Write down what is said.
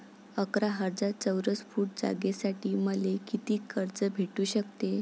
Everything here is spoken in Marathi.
अकरा हजार चौरस फुट जागेसाठी मले कितीक कर्ज भेटू शकते?